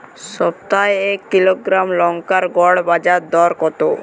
সপ্তাহে এক কিলোগ্রাম লঙ্কার গড় বাজার দর কতো?